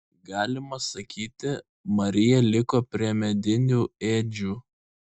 galima sakyti marija liko prie medinių ėdžių